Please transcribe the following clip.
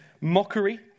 mockery